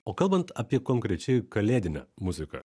o kalbant apie konkrečiai kalėdinę muziką